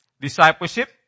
discipleship